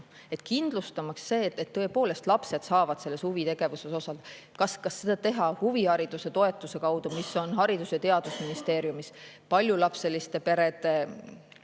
Kindlustamaks seda, et tõepoolest lapsed saavad huvitegevuses osaleda, kas seda teha huvihariduse toetuse kaudu, mis on Haridus‑ ja Teadusministeeriumis, paljulapseliste perede